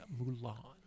Mulan